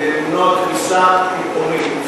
כדי למנוע קריסה פתאומית.